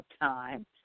time